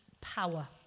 Power